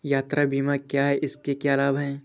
यात्रा बीमा क्या है इसके क्या लाभ हैं?